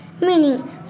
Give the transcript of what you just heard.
meaning